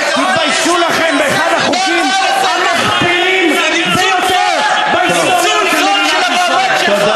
תתביישו לכם על אחד החוקים המחפירים ביותר בהיסטוריה של מדינת ישראל.